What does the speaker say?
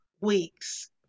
weeks